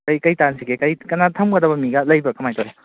ꯀꯔꯤ ꯀꯔꯤ ꯇꯥꯟꯅꯁꯤꯒꯦ ꯀꯔꯤ ꯀꯅꯥ ꯊꯝꯒꯗꯕ ꯃꯤꯒ ꯂꯩꯕ꯭ꯔꯣ ꯀꯃꯥꯏ ꯇꯧꯋꯤ